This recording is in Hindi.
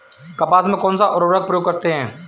कपास में कौनसा उर्वरक प्रयोग करते हैं?